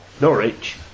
Norwich